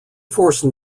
force